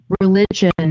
religion